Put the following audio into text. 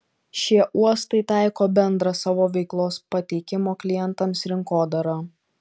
šie uostai taiko bendrą savo veiklos pateikimo klientams rinkodarą